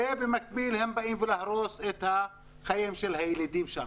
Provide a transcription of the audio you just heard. ובמקביל הם באים להרוס את החיים של הילידים שם.